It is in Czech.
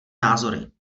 názory